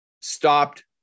stopped